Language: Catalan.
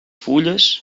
fulles